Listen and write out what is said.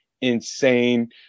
insane